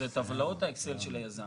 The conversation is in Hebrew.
זה טבלאות האקסל של היזם.